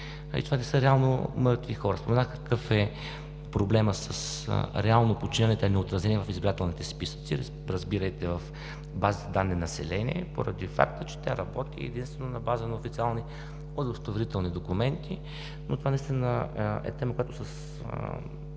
и това не са реално мъртви хора. Споменах какъв е проблемът с реално починалите, а неотразени в избирателните списъци, разбирайте в базата данни „Население“, поради факта че тя работи единствено на база на официални удостоверителни документи. Но това наистина е тема, която с